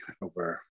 over